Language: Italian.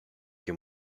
che